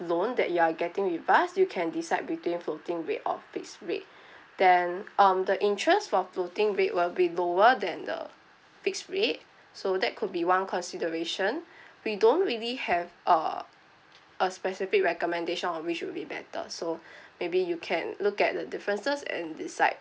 loan that you are getting with us you can decide between floating rate or fixed rate then um the interest for floating rate will be lower than the fixed rate so that could be one consideration we don't really have uh a specific recommendation on which would be better so maybe you can look at the differences and decide